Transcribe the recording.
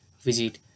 visit